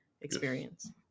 experience